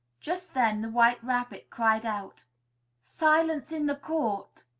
just then the white rabbit cried out silence in the court!